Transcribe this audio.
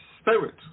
spirit